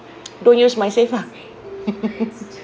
don't use my save lah